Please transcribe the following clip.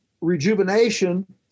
rejuvenation